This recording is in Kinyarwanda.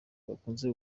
bakunze